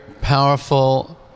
powerful